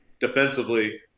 defensively